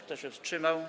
Kto się wstrzymał?